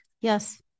Yes